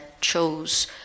chose